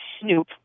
snoop